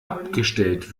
abgestellt